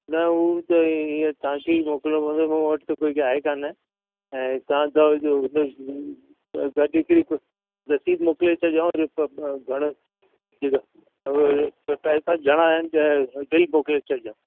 न हू त ई ईअं तव्हांखे ई मोकिलो पवंदो मूं वटि त कोई आहे कोन ऐं तव्हां गॾु हिकड़ी रसीद मोकिले छॾिजो जेका बिल मोकिले छॾिजा